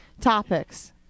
topics